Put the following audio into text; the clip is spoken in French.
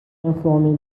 informé